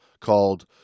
called